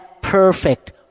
perfect